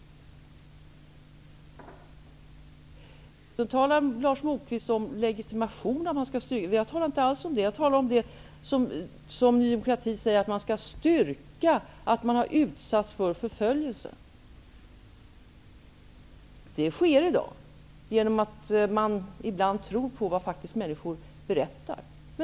Vidare talar Lars Moquist om legitimation. Jag har inte talat om detta. Jag har, precis som Ny demokrati, talat om att man skall kunna styrka att man har utsatts för förföljelse. Det sker i dag genom att människors berättelser faktiskt blir trodda.